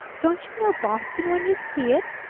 don't you know boston when you see it?